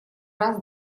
раз